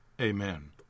Amen